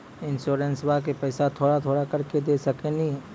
इंश्योरेंसबा के पैसा थोड़ा थोड़ा करके दे सकेनी?